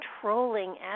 controlling